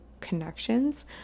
connections